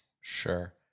Sure